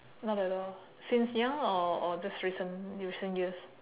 not at all since young or or just recent recent years